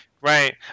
right